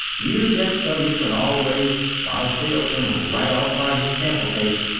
you get so you can always spot a salesman right off by his sample case.